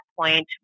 point